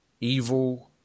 evil